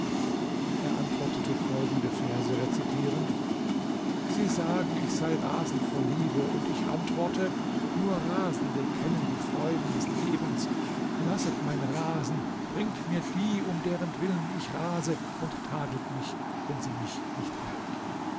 er antwortete folgende verse rezitierend sie sagen ich sei rasend vor liebe und ich antworte nur rasende kennen die freuden des lebens lasset mein rasen bringt mir die um derentwillen ich rase und tadelt mich wenn sie mich nicht heilt